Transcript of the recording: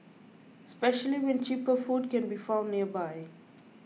especially when cheaper food can be found nearby